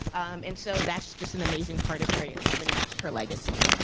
and so that's just an amazing part of harriet tubman and just her legacy.